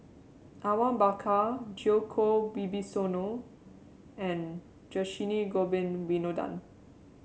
Awang Bakar Djoko Wibisono and Dhershini Govin Winodan